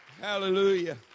Hallelujah